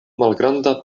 malgranda